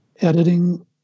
editing